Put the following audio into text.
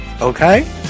okay